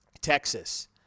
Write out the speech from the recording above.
Texas